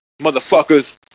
motherfuckers